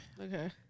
Okay